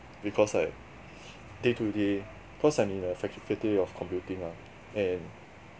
because like day to day cause I'm in a fac~ faculty of computing mah and